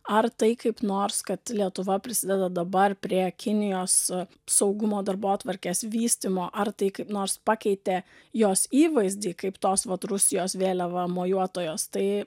ar tai kaip nors kad lietuva prisideda dabar prie kinijos saugumo darbotvarkės vystymo ar tai kaip nors pakeitė jos įvaizdį kaip tos vat rusijos vėliava mojuotojos tai